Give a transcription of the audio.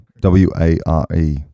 W-A-R-E